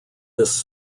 this